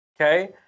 okay